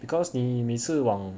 because 你每次往